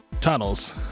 tunnels